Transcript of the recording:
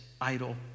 idol